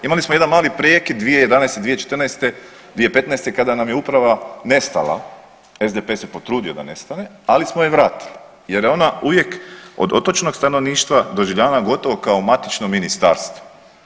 Imali smo jedan mali prekid 2011., 2014., 2015. kada nam je uprava nestala SDP se potrudio da nestane, ali smo je vratili jer je ona uvijek od otočnog stanovništva doživljavana gotovo kao matično ministarstvo.